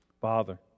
Father